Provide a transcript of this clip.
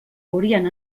haurien